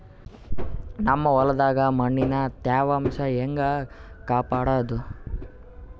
ನಮ್ ಹೊಲದಾಗ ಮಣ್ಣಿನ ತ್ಯಾವಾಂಶ ಹೆಂಗ ಕಾಪಾಡೋದು?